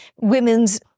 women's